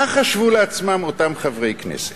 מה חשבו לעצמם אותם חברי כנסת?